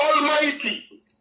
Almighty